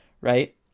right